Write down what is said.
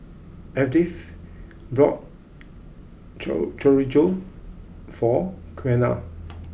Edyth bought chor Chorizo for Qiana